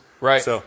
Right